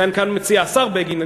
כאן מציע השר בגין,